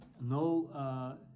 no